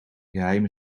geheime